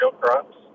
crops